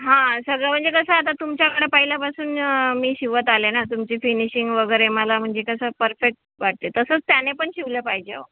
हां सगळं म्हणजे कसं आता तुमच्याकडे पहिल्यापासून मी शिवत आले ना तुमची फिनिशिंग वगैरे मला म्हणजे कसं परफेक्ट वाटते तसंच त्याने पण शिवलं पाहिजे हो